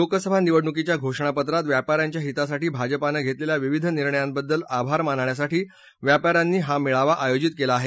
लोकसभा निवडणुकीच्या घोषणापत्रात व्यापाऱ्यांच्या हितासाठी भाजपानं घेतलेल्या विविध निर्णयांबद्दल आभार मानण्यासाठी व्यापाऱ्यांनी हे मेळावा आयोजित केला आहे